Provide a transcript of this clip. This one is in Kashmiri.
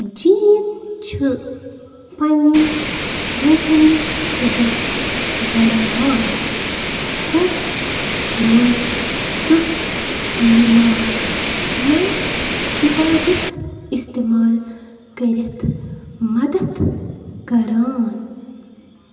جیٖن چھِ پنٕنۍ روٗحٲنی شدت بڑاوان اکثر روز تہٕ نِماز یا عبادت استعمال کٔرِتھ مدتھ کران